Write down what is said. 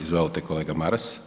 Izvolite, kolega Maras.